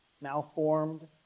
malformed